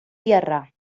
tierra